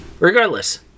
Regardless